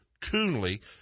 Coonley